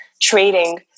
trading